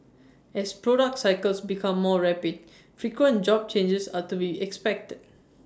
as products cycles become more rapid frequent job changes are to be expected